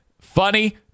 funny